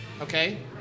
Okay